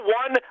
one